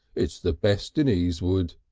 it's the best in easewood.